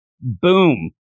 Boom